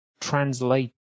translate